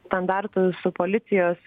standartų su policijos